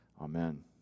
Amen